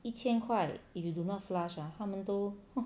一千块 if you do not flush ah 他们都